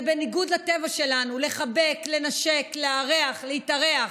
זה בניגוד לטבע שלנו, לחבק, לנשק, לארח, להתארח,